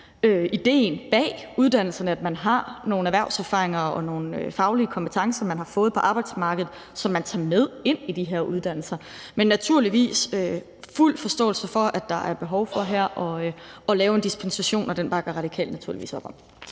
idéen bag uddannelserne, at man har nogle erhvervserfaringer og nogle faglige kompetencer, man har fået på arbejdsmarkedet, som man tager med ind i de her uddannelser. Men der er naturligvis fuld forståelse for, at der er behov for her at lave en dispensation, og den bakker Radikale naturligvis op om.